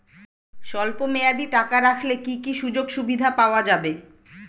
স্বল্পমেয়াদী টাকা রাখলে কি কি সুযোগ সুবিধা পাওয়া যাবে?